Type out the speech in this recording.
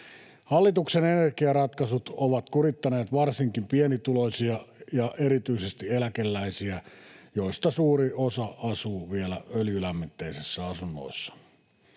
Hallituksen energiaratkaisut ovat kurittaneet varsinkin pienituloisia ja erityisesti eläkeläisiä, joista suuri osa asuu vielä öljylämmitteisissä asunnoissa.